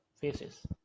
faces